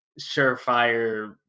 surefire